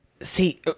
see